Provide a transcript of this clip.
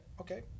okay